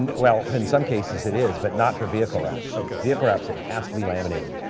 and well, in some cases it is, but not for vehicle wraps. so vehicle wraps it has to be laminated.